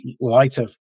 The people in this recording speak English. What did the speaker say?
lighter